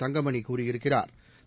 தங்கமணி கூறியிருக்கிறாா்